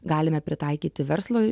galime pritaikyti verslo